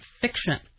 fiction